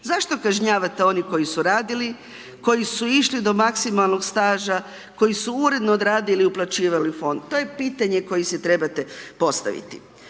zašto kažnjavate oni koji su radili, koji su išli do maksimalnog staža, koji su uredno radili i uplaćivali u fond? To je pitanje koji si trebate postaviti.